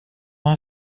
han